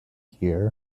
here